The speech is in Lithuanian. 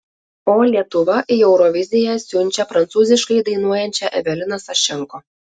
o lietuva į euroviziją siunčia prancūziškai dainuojančią eveliną sašenko